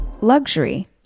Luxury